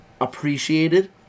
appreciated